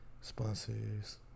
Sponsors